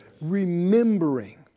Remembering